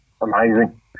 amazing